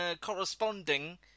corresponding